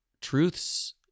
truths